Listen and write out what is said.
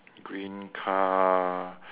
green car